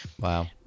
Wow